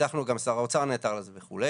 וגם שר האוצר נעתר לזה וכו',